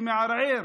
שמערער